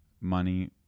money